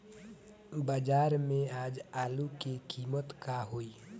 बाजार में आज आलू के कीमत का होई?